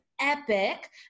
Epic